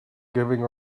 giving